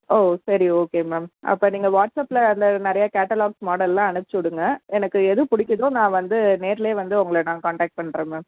ஓ சரி okay ma'am அப்போ நீங்கள் வாட்ஸ்அப்பில் அதில் நிறைய கேட்டலாக்ஸ் மாடலெல்லாம் அனுப்ச்சிவிடுங்க எனக்கு எது பிடிக்கிதோ நான் வந்து நேரிலேயே வந்து உங்களை நாங்கள் கான்டெக்ட் பண்ணுறோம் மேம்